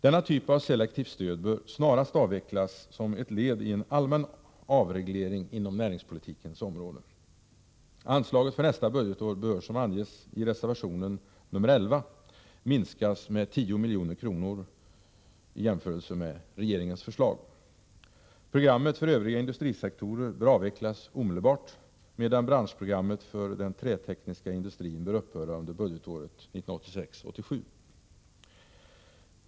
Denna typ av selektivt stöd bör snarast avvecklas som ett led i en allmän avreglering inom näringspolitikens område. Anslaget för nästa budgetår bör, som anges i reservation 11, minskas med 10 milj.kr. jämfört med regeringens förslag. Programmet för övriga industrisektorer bör avvecklas omedelbart, medan branschprogrammet för den trätekniska industrin bör upphöra under budgetåret 1986/87.